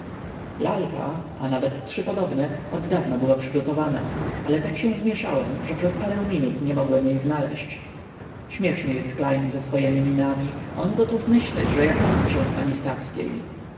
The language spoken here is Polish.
mi pan pokazać tę lalkę lalka a nawet trzy podobne oddawna była przygotowana ale tak się zmieszałem że przez parę minut nie mogłem jej znaleść śmieszny jest klejn ze swojemi minami on gotów myśleć że ja kocham się w pani